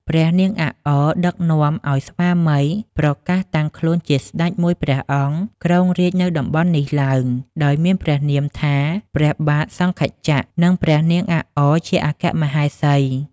ព្រះនាងអាក់អ ដឹកនាំឲ្យស្វាមីប្រកាសតាំងខ្លួនជាស្ដេចមួយព្រះអង្គ គ្រងរាជនៅតំបន់នេះឡើង ដោយមានព្រះនាមថា ព្រះបាទ "សង្ខចក្រ" និង ព្រះនាងអាក់អ ជាអគ្គមហេសី ។